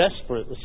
desperate